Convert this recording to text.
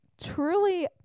truly